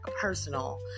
personal